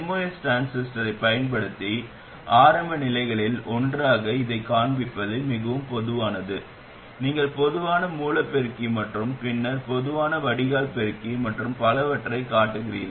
MOS டிரான்சிஸ்டரைப் பயன்படுத்தி ஆரம்ப நிலைகளில் ஒன்றாக இதைக் காண்பிப்பது மிகவும் பொதுவானது நீங்கள் பொதுவான மூல பெருக்கி மற்றும் பின்னர் பொதுவான வடிகால் பெருக்கி மற்றும் பலவற்றைக் காட்டுகிறீர்கள்